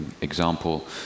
example